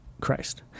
Christ